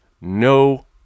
no